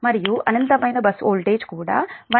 మరియు అనంతమైన bus voltage కూడా 1∟0 p